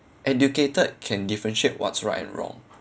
educated can differentiate what's right and wrong